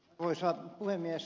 arvoisa puhemies